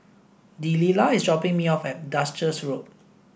Delila is dropping me off at Duchess Road